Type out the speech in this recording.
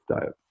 diet